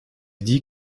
dit